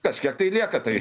kažkiek tai lieka tai